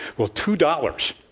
well, two dollars,